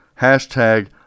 Hashtag